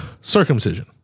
circumcision